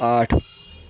آٹھ